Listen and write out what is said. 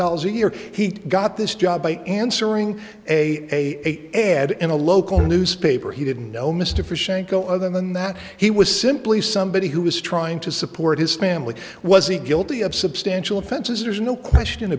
dollars a year he got this job by answering a ad in a local newspaper he didn't know mr shango other than that he was simply somebody who was trying to support his family was he guilty of substantial offenses there's no question